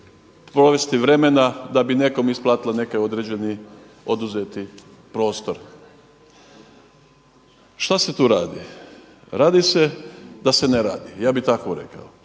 provesti vremena da bi nekom isplatila neki određeni oduzeti prostor. šta se tu radi? Radi se da se ne radi. Ja bih tako rekao.